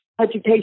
education